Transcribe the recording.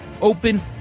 open